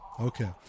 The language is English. Okay